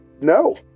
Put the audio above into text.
no